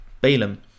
Balaam